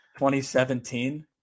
2017